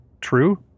True